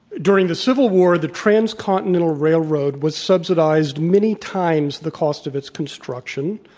during the civil war, the transcontinental railroad was subsidized many times the cost of its construction.